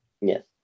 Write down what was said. yes